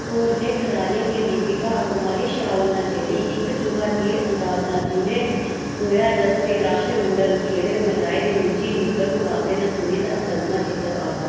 होरने खढारियें दियां दीपिका कुमारी शामल न जेह्ड़ी इक युवा तीर अंदाज न जि'न्नै दो ज्हार दस्स दे राश्ट्रमंडल खेढें दे महिलाएं दे निजी निग्गर मकाबले ने सुन्ने दा तगमा जित्तेआ हा